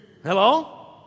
Hello